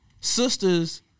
sisters